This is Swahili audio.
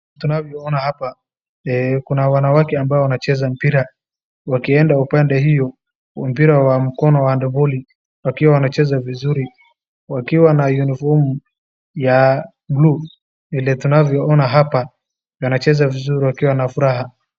Tunavyoona hapa kuna wanawake ambao wanacheza mpira wakienda upande hiyo mpira wa mkono wa handiboli wakiwa wanacheza vizuri wakiwa na yunifomu ya buluu vile tunavyoona hapa wanacheza vizuri wakiwa na furaha.